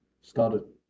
started